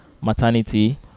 Maternity